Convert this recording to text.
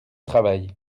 travail